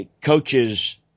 coaches